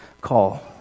call